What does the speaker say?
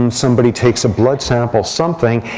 um somebody takes a blood sample something.